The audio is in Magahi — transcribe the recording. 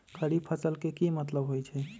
खरीफ फसल के की मतलब होइ छइ?